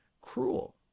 cruel